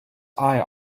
eye